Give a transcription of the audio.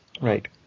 Right